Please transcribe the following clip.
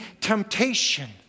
temptation